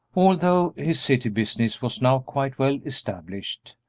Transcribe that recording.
although his city business was now quite well established,